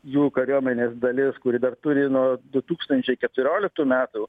jų kariuomenės dalis kuri dar turi nuo du tūkstančiai keturioliktų metų